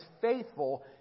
faithful